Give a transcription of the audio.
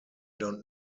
don’t